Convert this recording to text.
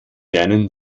lernen